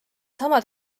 sama